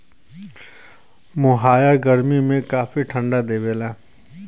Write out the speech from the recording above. मोहायर गरमी में काफी ठंडा देवला